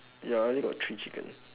ya I only got three chicken